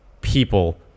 people